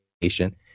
patient